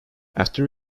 after